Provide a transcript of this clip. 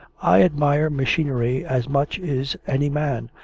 i admire machinery as much is any man,